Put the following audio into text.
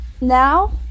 now